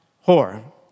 Hor